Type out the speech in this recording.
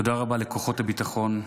תודה רבה לכוחות הביטחון,